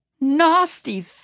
Nasty